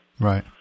Right